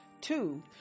Two